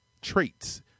traits